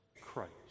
Christ